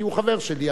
כי הוא חבר שלי,